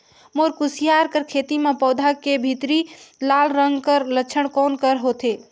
मोर कुसियार कर खेती म पौधा के भीतरी लाल रंग कर लक्षण कौन कर होथे?